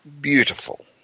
beautiful